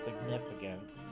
significance